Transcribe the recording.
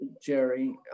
Jerry